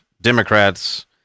Democrats